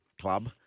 club